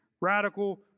Radical